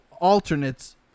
alternates